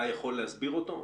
אתה יכול להסביר אותו?